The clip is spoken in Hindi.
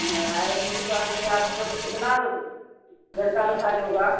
मैं आएगी दुकान पर आपको तो कितना घंटा मसाजे होगा